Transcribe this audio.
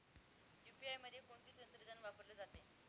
UPI मध्ये कोणते तंत्रज्ञान वापरले जाते?